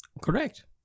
correct